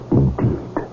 indeed